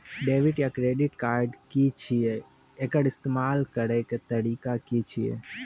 Debit या credit card की छियै? एकर इस्तेमाल करैक तरीका की छियै?